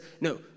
no